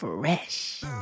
Fresh